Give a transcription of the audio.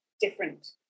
different